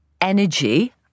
energy